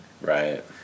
Right